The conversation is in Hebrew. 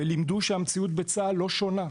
ולימדו שהמציאות בצה"ל לא שונה.